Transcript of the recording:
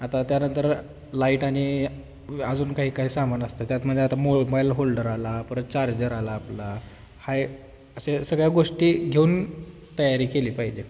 आता त्यानंतर लाईट आणि अजून काही काही सामान असतात त्यातमध्ये आता मोबाईल होल्डर आला परत चार्जर आला आपला आहे असे सगळ्या गोष्टी घेऊन तयारी केली पाहिजे